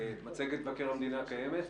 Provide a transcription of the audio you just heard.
מצגת מבקר המדינה קיימת?